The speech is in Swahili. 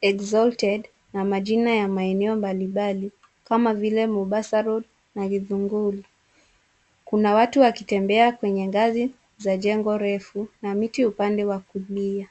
Exalted na majina ya maeneo mbalimbali kama vile Mombasa Road na Githunguri. Kuna watu wakitembea kwenye ngazi za jengo refu na miti upande wa kulia.